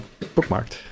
bookmarked